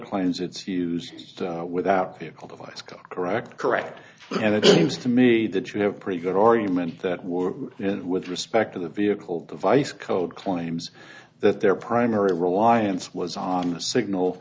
claims its use without vehicle device go correct correct and it seems to me that you have pretty good argument that were and with respect to the vehicle device code claims that their primary reliance was on the signal